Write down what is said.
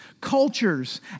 cultures